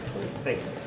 thanks